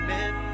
Men